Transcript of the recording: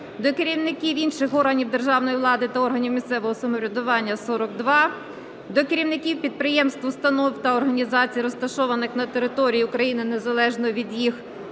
до керівників інших органів державної влади та органів місцевого самоврядування – 42; до керівників підприємств, установ та організацій, розташованих на території України, незалежно від їх